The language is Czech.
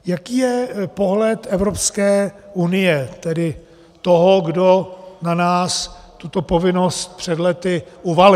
Jaký je pohled Evropské unie, tedy toho, kdo na nás tuto povinnost před lety uvalil.